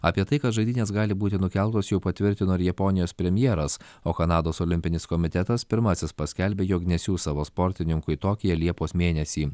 apie tai kad žaidynės gali būti nukeltos jau patvirtino ir japonijos premjeras o kanados olimpinis komitetas pirmasis paskelbė jog nesiųs savo sportininkų į tokiją liepos mėnesį